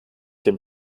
dem